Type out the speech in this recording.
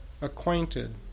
acquainted